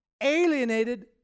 alienated